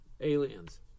Aliens